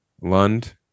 lund